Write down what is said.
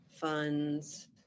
funds